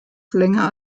länger